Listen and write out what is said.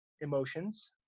emotions